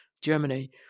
Germany